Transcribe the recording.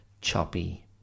choppy